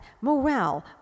Morale